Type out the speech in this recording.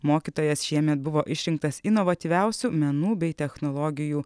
mokytojas šiemet buvo išrinktas inovatyviausiu menų bei technologijų